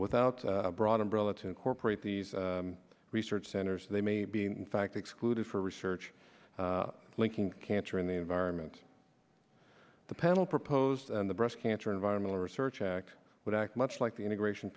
without broad umbrella to incorporate these research centers they may be in fact excluded for research linking cancer in the environment the panel proposed the breast cancer environmental research act would act much like the integration